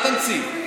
אל תמציא.